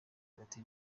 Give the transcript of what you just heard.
hagati